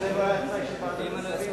לא כי זה תנאי של ועדת השרים,